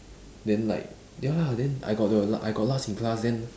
then like ya lah then I got the la~ I got last in class then